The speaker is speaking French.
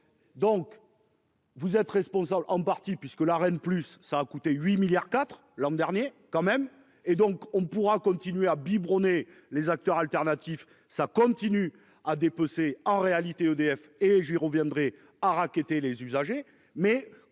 Donc. Vous êtes responsables en partie puisque la reine plus ça a coûté 8 milliards 4 l'an dernier quand même et donc on pourra continuer à biberonné les acteurs alternatifs. Ça continue à dépecer en réalité EDF et j'y reviendrai à racketter les usagers